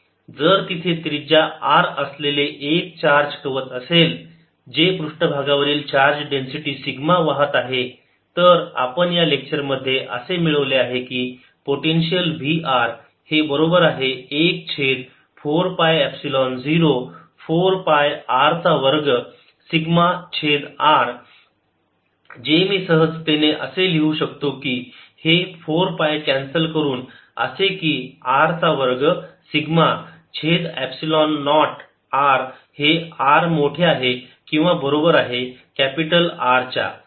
जर तिथे त्रिज्या r असलेले एक चार्ज कवच असेल जे पृष्ठभागावरील चार्ज डेन्सिटी सिग्मा वाहत आहे तर आपण या लेक्चरमध्ये असे मिळवले आहे की पोटेन्शियल V r हे बरोबर आहे 1 छेद 4 पाय एपसिलोन 0 4 पाय R चा वर्ग सिग्मा छेद r जे मी सहजतेने असे लिहू शकतो की हे 4 पाय कॅन्सल करून असे की R चा वर्ग सिग्मा छेद एपसिलोन नॉट r हे r मोठे आहे किंवा बरोबर आहे कॅपिटल R च्या